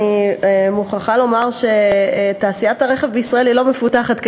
אני מוכרחה לומר שתעשיית הרכב בישראל היא לא מפותחת,